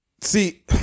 see